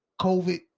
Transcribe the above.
COVID